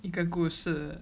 一个故事